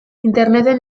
interneten